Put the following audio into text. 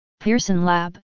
PearsonLab